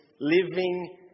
living